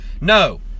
No